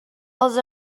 els